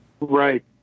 Right